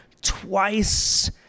twice